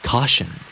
Caution